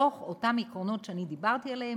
מתוך אותם עקרונות שאני דיברתי עליהם,